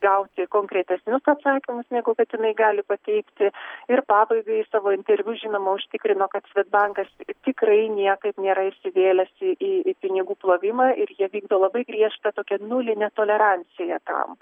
gauti konkretesnius atsakymus negu kad jinai gali pateikti ir pabaigai savo interviu žinoma užtikrino kad bankas tikrai niekaip nėra įsivėlęs į į į pinigų plovimą ir jie vykdo labai griežtą tokią nulinę toleranciją tam